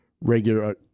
regular